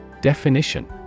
Definition